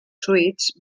suites